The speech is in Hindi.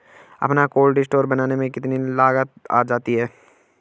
अपना कोल्ड स्टोर बनाने में कितनी लागत आ जाती है?